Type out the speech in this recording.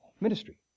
ministry